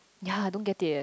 ya don't get it eh